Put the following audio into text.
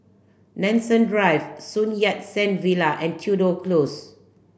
Nanson Drive Sun Yat Sen Villa and Tudor Close